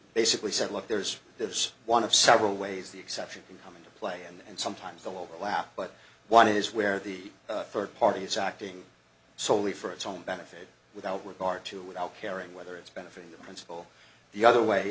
basically said look there's there's one of several ways the exception come into play and sometimes the overlap but one is where the third party is acting solely for its own benefit without regard to without caring whether it's benefiting the principal the other way